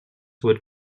would